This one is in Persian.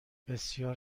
بسیار